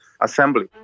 Assembly